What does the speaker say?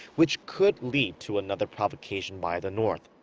which could lead to another provocation by the north.